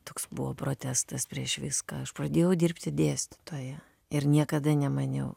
toks buvo protestas prieš viską aš pradėjau dirbti dėstytoja ir niekada nemaniau